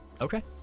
Okay